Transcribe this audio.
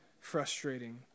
frustrating